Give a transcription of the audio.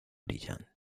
brillante